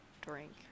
drink